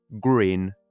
green